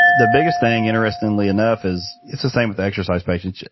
the biggest thing, interestingly enough, is it's the same with exercise patients,